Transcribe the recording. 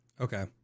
okay